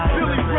Billy